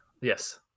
Yes